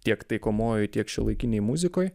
tiek taikomojoj tiek šiuolaikinėj muzikoj